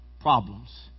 problems